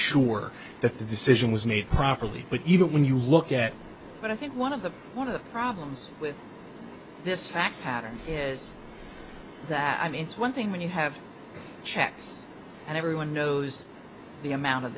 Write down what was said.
sure that the decision was made properly but even when you look at but i think one of the one of the problems with this fact pattern is that i mean it's one thing when you have checks and everyone knows the amount of